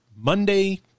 Monday